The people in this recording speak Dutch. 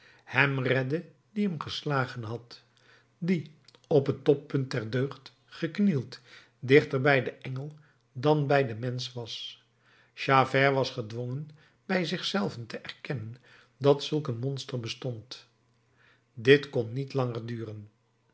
hem redde die hem geslagen had die op het toppunt der deugd geknield dichter bij den engel dan bij den mensch was javert was gedwongen bij zich zelven te erkennen dat zulk een monster bestond dit kon niet langer duren